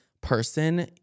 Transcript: person